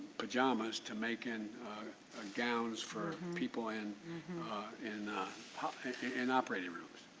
pajamas to making a gown for people in and in operating rooms.